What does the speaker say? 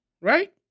right